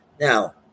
Now